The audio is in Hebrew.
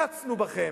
קצנו בכם.